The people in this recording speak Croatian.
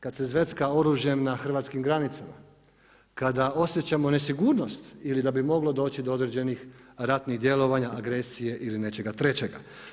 Kad se zvecka oružjem na hrvatskim granicama, kada osjećamo nesigurnost ili da bi moglo doći do određenih ratnih djelovanja, agresije ili nečega trećega.